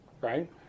right